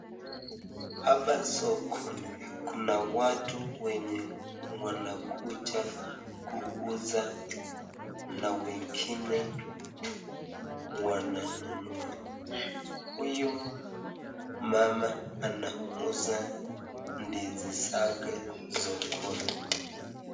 Hapa sokoni kuna watu wenye wanakuja kuuza na wengine wananunua. Huyu mama anauza ndizi zake sokoni.